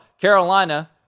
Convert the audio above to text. Carolina